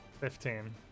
fifteen